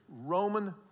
Roman